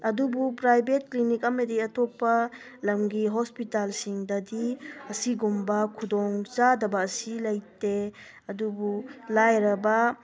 ꯑꯗꯨꯕꯨ private clinic ꯑꯃꯗꯤ ꯑꯇꯣꯞꯄ ꯂꯝꯒꯤ ꯍꯣꯁꯄꯤꯇꯥꯜꯁꯤꯡꯗꯗꯤ ꯑꯁꯤꯒꯨꯝꯕ ꯈꯨꯗꯣꯡ ꯆꯥꯗꯕ ꯑꯁꯤ ꯂꯩꯇꯦ ꯑꯗꯨꯕꯨ ꯂꯥꯏꯔꯕ